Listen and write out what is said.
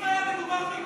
אם היה מדובר בי,